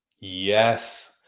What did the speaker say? Yes